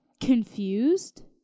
confused